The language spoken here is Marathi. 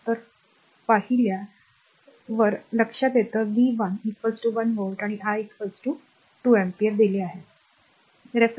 तर पहिल्याला V 1 1 व्होल्ट आणि I 2 अँपिअर दिले जाते